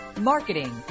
marketing